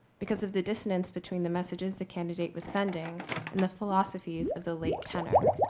because of the dissonance between the messages the candidate was sending and the philosophies of the late tenor.